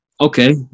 okay